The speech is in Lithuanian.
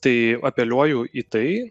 tai apeliuoju į tai